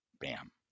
Bam